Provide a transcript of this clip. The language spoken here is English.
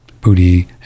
booty